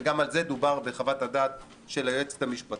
וגם על זה דובר בחוות הדעת של היועצת המשפטית,